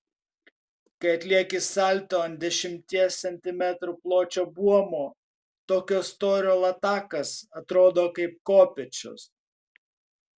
kai atlieki salto ant dešimties centimetrų pločio buomo tokio storio latakas atrodo kaip kopėčios